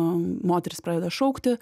moteris pradeda šaukti